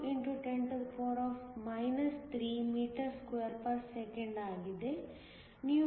2 x 10 3m2 s 1 ಆಗಿದೆ